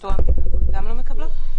שאותו הן גם לא מקבלות.